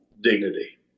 dignity